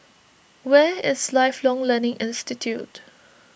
where is Lifelong Learning Institute